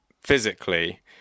physically